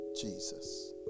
Jesus